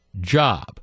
job